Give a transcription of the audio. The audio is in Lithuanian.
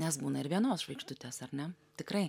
nes būna ir vienos žvaigždutės ar ne tikrai